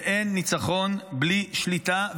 ואין ניצחון בלי שליטה,